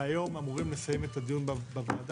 היום אמורים לסיים את הדיון בוועדה.